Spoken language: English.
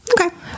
okay